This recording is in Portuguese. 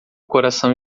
coração